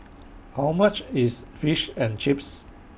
How much IS Fish and Chips